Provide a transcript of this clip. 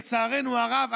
לצערנו הרב,